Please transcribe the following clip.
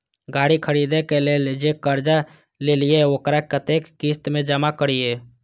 गाड़ी खरदे के लेल जे कर्जा लेलिए वकरा कतेक किस्त में जमा करिए?